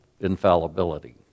infallibility